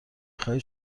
خواهید